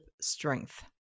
strength